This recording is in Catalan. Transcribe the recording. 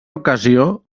ocasió